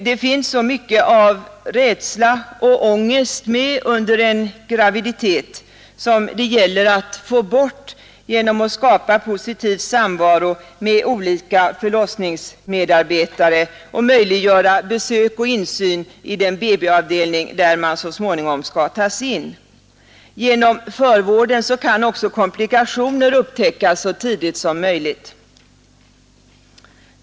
Det finns under en graviditet så mycket av rädsla och ångest som det gäller att få bort genom att skapa positiv samvaro med olika förlossningsmedarbetare och möjliggöra besök och insyn i den BB-avdelning där man så småningom skall tas in. Genom förvården kan också komplikationer upptäckas så tidigt som möjligt.